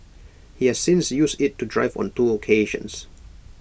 he has since used IT to drive on two occasions